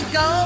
go